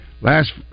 last